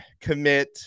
commit